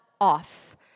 off